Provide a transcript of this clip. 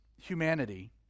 humanity